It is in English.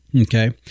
okay